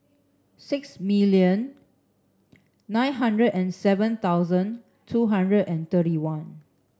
six million nine hundred and seven thousand two hundred and thirty one